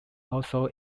also